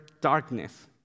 darkness